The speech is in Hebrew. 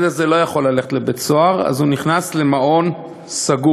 לא יכול ללכת לבית-סוהר, אז הוא נכנס למעון סגור,